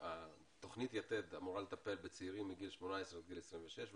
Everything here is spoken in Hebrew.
שתוכנית יתד אמורה לטפל בצעירים מגיל 18 עד 26,